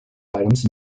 items